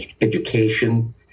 education